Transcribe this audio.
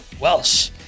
welsh